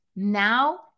now